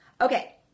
Okay